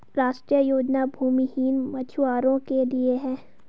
राष्ट्रीय योजना भूमिहीन मछुवारो के लिए है